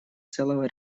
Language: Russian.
целого